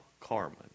Carmen